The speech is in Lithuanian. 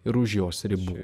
ir už jos ribų